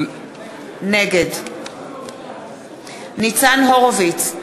נגד ניצן הורוביץ,